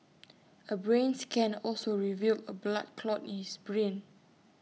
A brain scan also revealed A blood clot in his brain